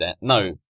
no